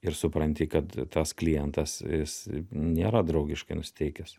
ir supranti kad tas klientas jis nėra draugiškai nusiteikęs